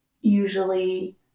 usually